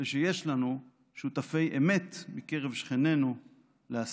ושיש לנו שותפי אמת בקרב שכנינו להשגתו.